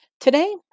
Today